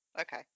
okay